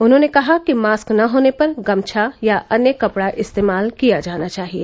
उन्होंने कहा कि मास्क न होने पर गमछा या अन्य कपड़ा इस्तेमाल किया जाना चाहिये